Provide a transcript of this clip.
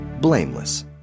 blameless